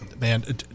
man